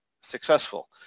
successful